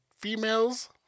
females